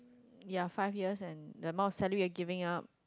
ya five years and the amount of salary that you giving up